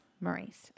Maurice